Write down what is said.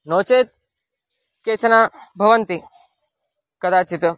नो चेत् केचन भवन्ति कदाचित्